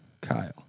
Kyle